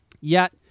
Yet-